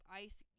ice